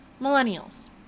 Millennials